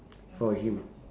for him